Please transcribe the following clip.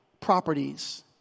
properties